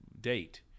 date